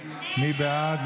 מי בעד?